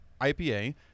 IPA